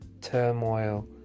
turmoil